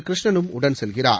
கிருஷ்ணனும் உடன் செல்கிறார்